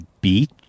beach